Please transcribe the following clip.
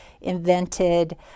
invented